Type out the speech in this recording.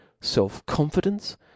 self-confidence